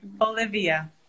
Olivia